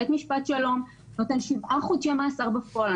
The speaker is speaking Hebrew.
בית המשפט השלום נותן שבעה חודשי מאסר בפועל.